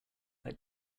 that